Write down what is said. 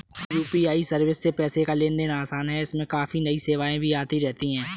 UPI service से पैसे का लेन देन आसान है इसमें काफी नई सेवाएं भी आती रहती हैं